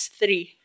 three